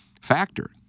factor